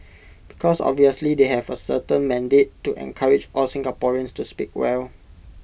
because obviously they have A certain mandate to encourage all Singaporeans to speak well